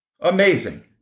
amazing